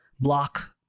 block